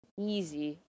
easy